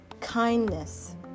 kindness